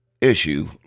issue